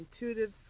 intuitive